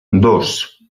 dos